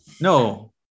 No